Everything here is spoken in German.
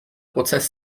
prozess